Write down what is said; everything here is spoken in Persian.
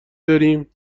داریم